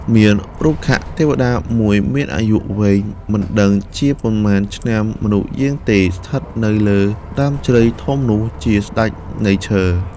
មានរុក្ខទេវតាមួយមានអាយុវែងមិនដឹងជាប៉ុន្មានឆ្នាំមនុស្សយើងទេ ស្ថិត នៅលើដើមជ្រៃធំនោះជាស្ដេចនៃឈើ ។